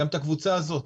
גם את הקבוצה הזאת.